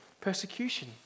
persecution